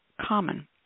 common